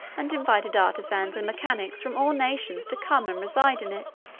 and invited artisans and mechanics from all nations to come and reside in it.